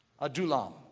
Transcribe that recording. Adulam